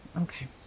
Okay